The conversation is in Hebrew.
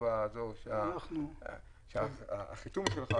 אנחנו חייבים להתקדם,